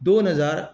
दोन हजार